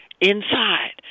inside